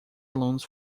alunos